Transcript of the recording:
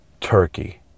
turkey